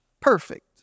perfect